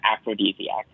aphrodisiac